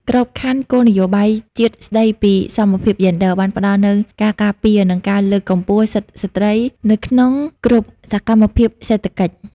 ក្របខ័ណ្ឌគោលនយោបាយជាតិស្ដីពីសមភាពយេនឌ័រ បានផ្ដល់នូវការការពារ និងការលើកកម្ពស់សិទ្ធិស្ត្រីនៅក្នុងគ្រប់សកម្មភាពសេដ្ឋកិច្ច។